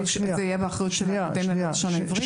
זה יהיה באחריות של האקדמיה ללשון עברית?